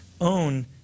own